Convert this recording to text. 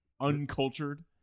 uncultured